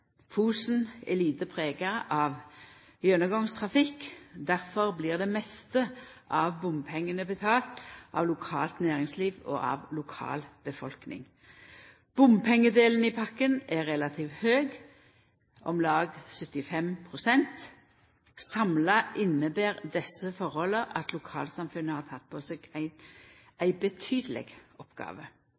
Fosen er lite prega av gjennomgangstrafikk. Derfor blir det meste av bompengane betalt av lokalt næringsliv og av lokal befolkning. Bompengedelen i pakka er relativt høg – om lag 75 pst. Samla inneber desse forholda at lokalsamfunnet har teke på seg ei betydeleg oppgåve.